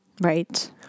Right